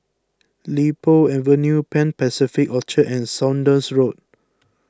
Li Po Avenue Pan Pacific Orchard and Saunders Road